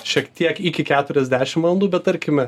šiek tiek iki keturiasdešim valandų bet tarkime